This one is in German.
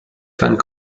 fand